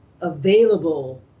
available